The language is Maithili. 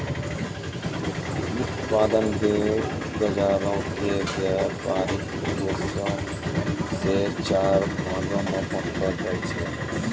व्युत्पादन बजारो के व्यपारिक उद्देश्यो से चार भागो मे बांटलो जाय छै